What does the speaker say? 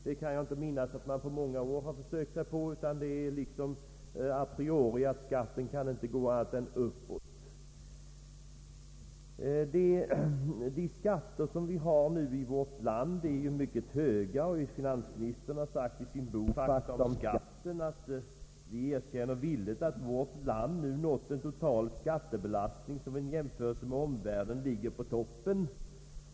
Jag kan inte minnas att man på många år gjort ett sådant försök, utan det förefaller som om skatten inte kan gå annat än uppåt. De skatter vi nu har är mycket höga, och finansministern har sagt i sin bok ”Fakta om skatten”, att man villigt erkänner att vårt land nu nått en total skattebelastning som i jämförelse med omvärlden ligger på toppen.